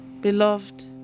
beloved